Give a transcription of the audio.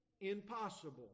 impossible